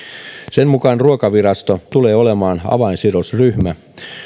sen mukaan ruokavirasto tulee olemaan avainsidosryhmä